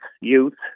youth